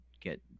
get